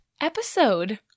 episode